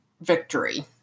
victory